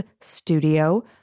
studio